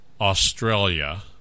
Australia